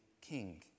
king